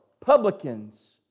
publicans